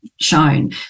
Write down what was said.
shown